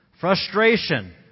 frustration